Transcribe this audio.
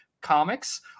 comics